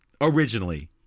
originally